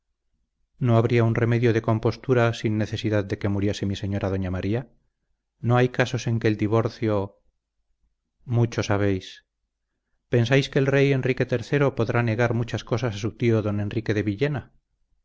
no habría un medio de compostura sin necesidad de que muriese mi señora doña maría no hay casos en que el divorcio mucho sabéis pensáis que el rey enrique iii podrá negar muchas cosas a su tío don enrique de villena